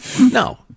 No